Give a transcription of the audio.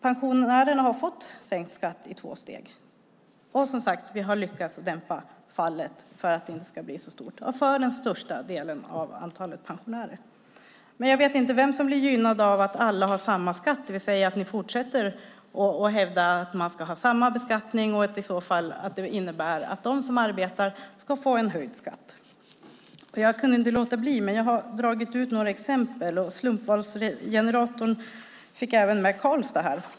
Pensionärerna har fått sänkt skatt i två steg, och vi har lyckats dämpa fallet så att det inte blir så stort för den största delen av pensionärerna. Jag vet inte vem som blir gynnad av att alla har samma skatt. Ni fortsätter att hävda att man ska ha samma beskattning, och det innebär att de som arbetar ska få höjd skatt. Jag kunde inte låta bli att dra ut några exempel, och slumpvalsgeneratorn fick även med Karlstad.